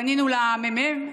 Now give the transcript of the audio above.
פנינו לממ"מ,